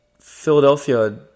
Philadelphia